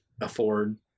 afford